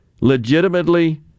legitimately